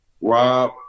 Rob